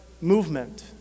movement